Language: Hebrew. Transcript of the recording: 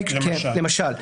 כן, למשל.